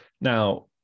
Now